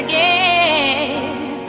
ah a